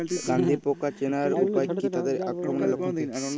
গন্ধি পোকা চেনার উপায় কী তাদের আক্রমণের লক্ষণ কী?